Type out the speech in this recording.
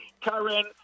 Karen